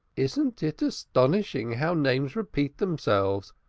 isn't it astonishing how names repeat themselves?